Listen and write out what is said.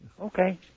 Okay